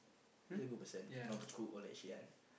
he's a good person know how to cook all that shit one